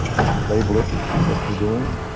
if you label it what you're doing,